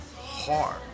hard